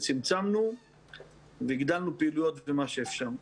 צמצמנו והגדלנו פעילויות במה שאפשר.